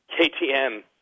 KTM